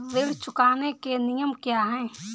ऋण चुकाने के नियम क्या हैं?